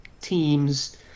teams